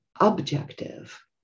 objective